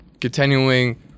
continuing